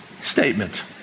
Statement